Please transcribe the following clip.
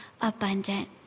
abundant